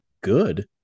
good